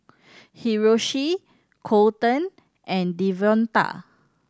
Hiroshi Colton and Devonta